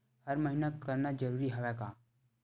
हर महीना करना जरूरी हवय का?